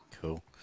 cool